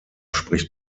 spricht